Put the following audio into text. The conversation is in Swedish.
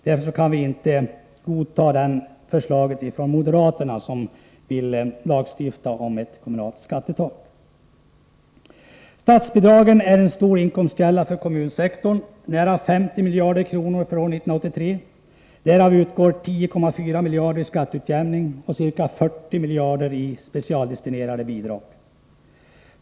Därför kan vi inte acceptera förslaget från moderaterna, som vill lagstifta om ett kommunalt skattetak. Statsbidragen är en stor inkomstkälla för kommunsektorn. Beloppet för år 1983 uppgick till nära 50 miljarder kronor. Därav utgår 10,4 miljarder i skatteutjämning och ca 40 miljarder i specialdestinerade bidrag.